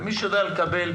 ומי שיודע לקבל,